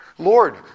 Lord